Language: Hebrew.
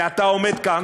ואתה עומד כאן,